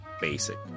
basic